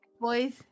boys